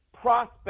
prospect